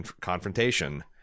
confrontation